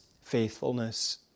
faithfulness